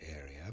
area